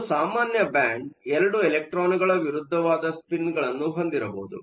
ಒಂದು ಸಾಮಾನ್ಯ ಬ್ಯಾಂಡ್ 2 ಎಲೆಕ್ಟ್ರಾನ್ಗಳ ವಿರುದ್ಧವಾದ ಸ್ಪಿನ್ಗಳನ್ನು ಹೊಂದಿರಬಹುದು